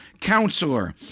Counselor